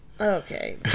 Okay